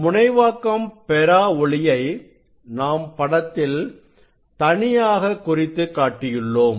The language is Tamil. முனைவாக்கம் பெறா ஒளியை நாம் படத்தில் தனியாக குறித்துக் காட்டியுள்ளோம்